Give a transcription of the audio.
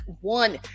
one